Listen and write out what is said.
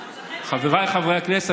חבריי חברי הכנסת,